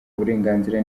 uburenganzira